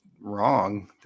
wrong